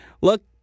look